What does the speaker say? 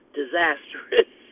disastrous